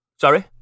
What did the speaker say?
Sorry